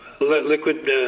liquid